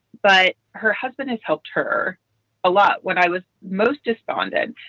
but her husband has helped her a lot. what i was most astounded,